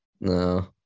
No